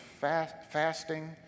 fasting